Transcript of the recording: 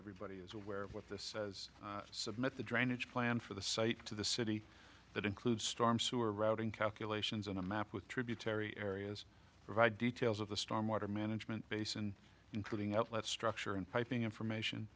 everybody is aware of what this says submit the drainage plan for the site to the city that includes storm sewer routing calculations on a map with tributary areas provide details of the storm water management base and including outlets structure and piping information